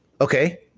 Okay